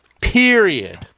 period